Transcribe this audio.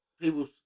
people